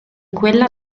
quella